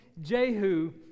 Jehu